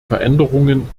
veränderungen